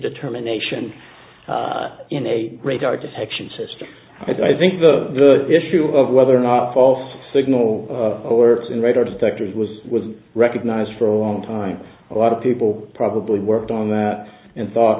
determination in a radar detection system i think the issue of whether or not false signal over and radar detectors was was recognized for a long time a lot of people probably worked on that and thought